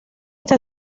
está